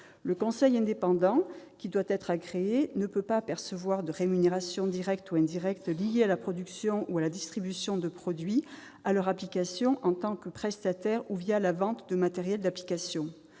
Le conseiller indépendant, qui doit être agréé, ne peut pas percevoir de rémunération directe ou indirecte liée à la production ou à la distribution de produits, à leur application en tant que prestataire ou la vente de matériel d'application.